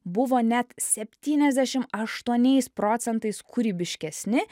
buvo net septyniasdešim aštuoniais procentais kūrybiškesni